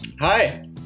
Hi